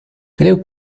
creo